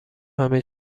همه